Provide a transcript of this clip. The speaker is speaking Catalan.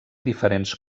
diferents